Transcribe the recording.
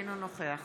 אינו נוכח